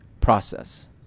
process